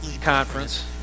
Conference